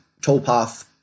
toolpath